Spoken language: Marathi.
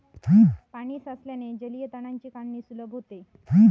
पाणी साचल्याने जलीय तणांची काढणी सुलभ होते